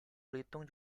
belitung